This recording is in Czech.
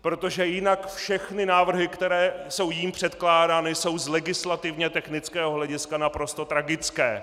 Protože jinak všechny návrhy, které jsou jím předkládány, jsou z legislativně technického hlediska naprosto tragické.